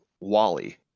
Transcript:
Wally